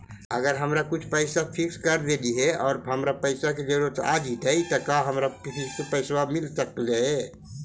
अगर हम कुछ पैसा फिक्स कर देली हे और हमरा पैसा के जरुरत आ जितै त का हमरा फिक्स पैसबा मिल सकले हे?